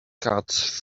cuts